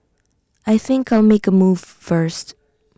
I think I'll make A move first